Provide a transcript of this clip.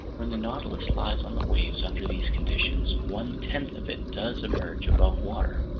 when the nautilus lies on the waves under these conditions, one-tenth of it does emerge above water.